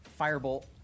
firebolt